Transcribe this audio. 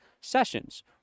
sessions